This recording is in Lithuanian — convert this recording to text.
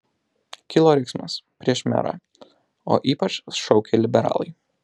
kilo riksmas prieš merą o ypač šaukė liberalai